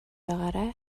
байгаарай